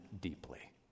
deeply